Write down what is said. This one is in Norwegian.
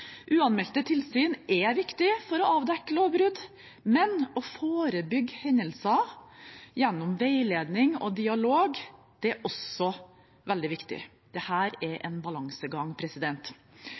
Uanmeldte tilsyn er viktig for å avdekke lovbrudd, men å forebygge hendelser gjennom veiledning og dialog er også veldig viktig. Dette er en balansegang. Når det gjelder tilsyn under transport til slakteri, er